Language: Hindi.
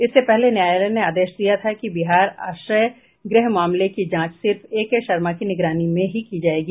इससे पहले न्यायालय ने आदेश दिया था कि बिहार आश्रय गृह मामले की जांच सिर्फ ए के शर्मा की निगरानी में ही की जाएगी